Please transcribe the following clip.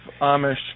Amish